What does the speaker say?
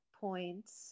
points